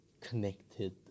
connected